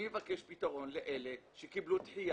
אני מבקש פתרון לאלה שקיבלו דחיה